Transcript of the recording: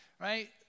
right